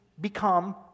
become